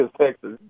Texas